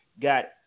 got